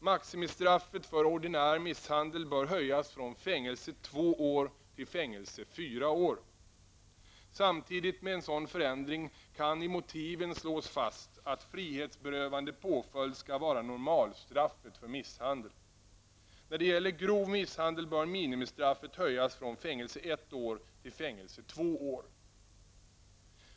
Maximistraffet för ordinär misshandel bör höjas från fängelse i två år till fängelse i fyra år. Samtidigt som en sådan förändring sker kan det i motiven slås fast att frihetsberövande påföljd skall vara normalstraffet för misshandel. När det gäller grov misshandel bör minimistraffet höjas från fängelse i ett år till fängelse i två år.